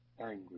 angry